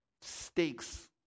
stakes